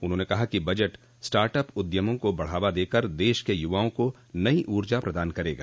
उन्होंने कहा कि बजट स्टार्टअप उद्यमों को बढ़ावा देकर देश के युवाओं को नई ऊर्जा प्रदान करेगा